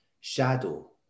shadow